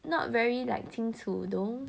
not very like 清楚 though